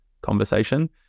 conversation